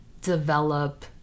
develop